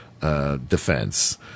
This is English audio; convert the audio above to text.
defense